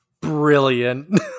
brilliant